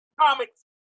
comics